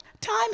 time